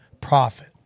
profit